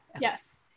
yes